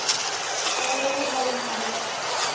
ᱢᱩᱞᱩᱜ ᱢᱚᱬᱮ ᱢᱟᱦᱟ ᱨᱮᱞᱮ